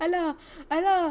!alah! !alah!